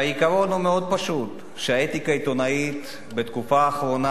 העיקרון הוא מאוד פשוט: האתיקה העיתונאית בתקופה האחרונה,